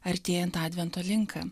artėjant advento link